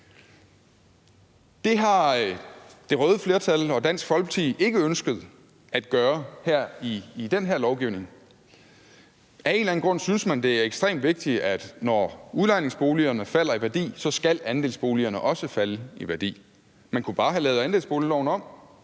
Det har det røde flertal og Dansk Folkeparti ikke ønsket at gøre her i den her lovgivning. Af en eller anden grund synes man, at det er ekstremt vigtigt, at når udlejningsboligerne falder i værdi, skal andelsboligerne også falde i værdi. Man kunne bare have lavet andelsboligloven om,